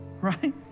right